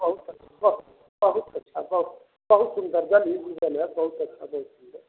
बहुत बहुत बहुत अच्छा बहुत सुन्दर बड निक भेलै हन बहुत अच्छा बहुत सुन्दर